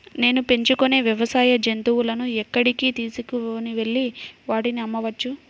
నేను పెంచుకొనే వ్యవసాయ జంతువులను ఎక్కడికి తీసుకొనివెళ్ళి వాటిని అమ్మవచ్చు?